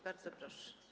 Bardzo proszę.